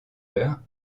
heures